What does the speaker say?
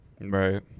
right